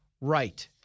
right